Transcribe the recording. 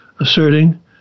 asserting